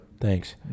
thanks